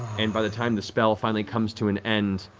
and by the time the spell finally comes to an end,